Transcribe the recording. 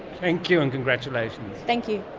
thank you and congratulations. thank you.